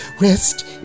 Rest